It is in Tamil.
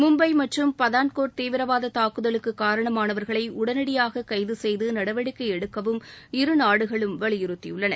மும்பை மற்றும் பத்தான்கோட் தீவிரவாத தாக்குதலுக்கு காரணமானவர்களை உடனடியாக கைது செய்து நடவடிக்கை எடுக்கவும் இருநாடுகளும் வலியுறுத்தியுள்ளன